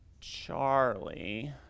Charlie